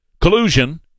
collusion